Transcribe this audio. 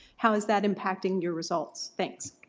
how is that impacting your results? thanks.